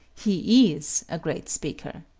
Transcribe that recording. he is a great speaker.